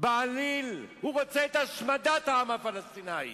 בעליל הוא רוצה את השמדת העם הפלסטיני,